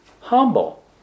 humble